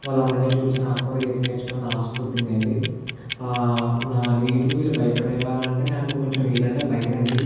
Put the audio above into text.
వాళ్ళందరిని చూసి నాకు కూడా ఈత నేర్చుకోవాలని ఆశ పుట్టిందండి నా నీటికి మీరు భయపడేవారా అంటే నాకు కొంచం నీళ్లంటే భయం అండి